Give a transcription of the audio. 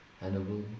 Hannibal